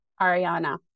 Ariana